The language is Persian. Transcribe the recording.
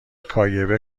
kgb